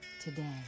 today